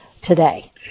today